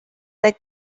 like